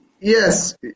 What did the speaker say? yes